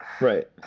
right